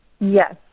yes